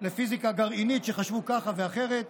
לפיזיקה גרעינית שחשבו ככה ואחרת.